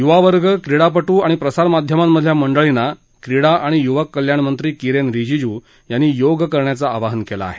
युवा वर्ग क्रीडापटू आणि प्रसारमाध्यमातल्या मंडळींना क्रीडा आणि युवक कल्याणमंत्री किरेन रिजीजू यांनी योग करण्याचं आवाहन केलं आहे